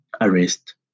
arrest